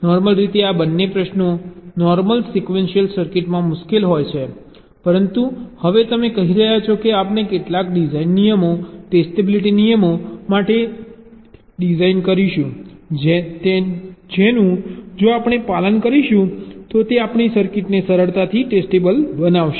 normal રીતે આ બંને પ્રશ્નો નોર્મલ સિક્વેન્શિયલ સર્કિટમાં મુશ્કેલ હોય છે પરંતુ હવે તમે કહી રહ્યા છો કે આપણે કેટલાક ડિઝાઇન નિયમો ટેસ્ટેબિલિટી નિયમો માટે ડિઝાઇન કરીશું જેનું જો આપણે પાલન કરીશું તો તે આપણી સર્કિટને સરળતાથી ટેસ્ટેબલ બનાવશે